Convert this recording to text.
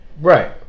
Right